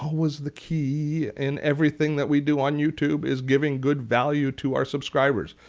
always the key in everything that we do on youtube is giving good value to our subscribers.